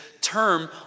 term